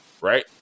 Right